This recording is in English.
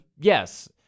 Yes